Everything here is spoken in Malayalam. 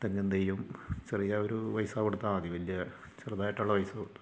തെങ്ങും തൈയും ചെറിയ ഒരു പൈസ കൊടുത്താൽ മതി വലിയ ചെറുതായിട്ട് ഉള്ള പൈസ കൊടുത്താൽ മതി